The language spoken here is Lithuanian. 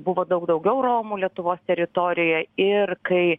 buvo daug daugiau romų lietuvos teritorijoj ir kai